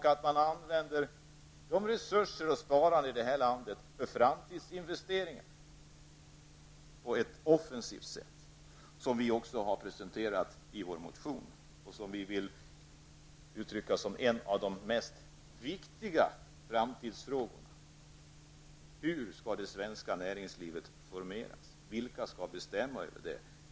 Man måste använda resurser och sparande för framtidsinvesteringar i det här landet. Detta bör ske på ett offensivt sätt. Vi har också presenterat detta i vår motion. Detta är en av de viktigaste framtidsfrågorna. Hur skall det svenska näringslivet formas? Vilka skall bestämma över det?